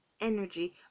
energy